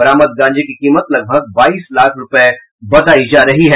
बरामद गांजे की कीमत लगभग बाईस लाख रूपये बतायी जा रही है